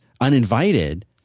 uninvited